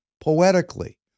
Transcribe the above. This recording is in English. poetically